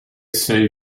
sei